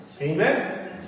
Amen